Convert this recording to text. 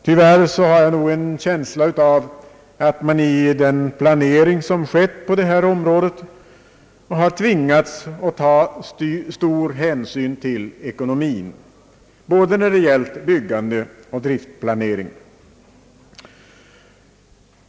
Tyvärr har jag en känsla av att man i den planering som skett på detta område har tvingats att ta stor hänsyn till ekonomin både när det gäller byggande och när det gäller driftplanering.